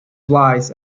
flies